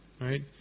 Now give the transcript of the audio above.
right